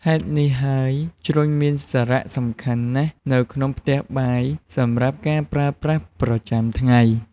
ហេតុនេះហើយ ជ្រុញមានសារៈសំខាន់ណាស់នៅក្នុងផ្ទះបាយសម្រាប់ការប្រើប្រាស់ប្រចាំថ្ងៃ។